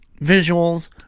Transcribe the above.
visuals